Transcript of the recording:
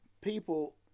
people